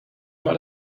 mal